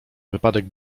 wypadek